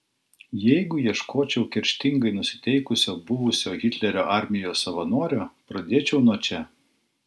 jeigu ieškočiau kerštingai nusiteikusio buvusio hitlerio armijos savanorio pradėčiau nuo čia